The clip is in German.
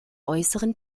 äußeren